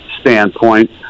standpoint